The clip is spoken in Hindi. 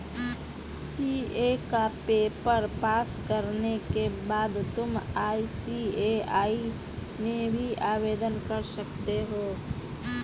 सी.ए का पेपर पास करने के बाद तुम आई.सी.ए.आई में भी आवेदन कर सकते हो